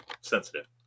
sensitive